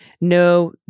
no